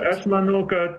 aš manau kad